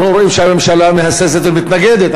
אנחנו רואים שהממשלה מהססת ומתנגדת.